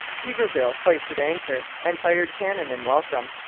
d'iberville hoisted anchor and fired cannon in welcome.